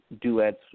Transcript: duets